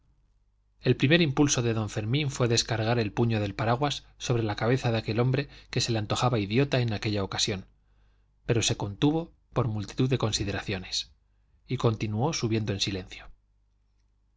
el primer impulso de don fermín fue descargar el puño del paraguas sobre la cabeza de aquel hombre que se le antojaba idiota en aquella ocasión pero se contuvo por multitud de consideraciones y continuó subiendo en silencio